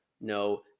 no